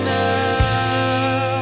now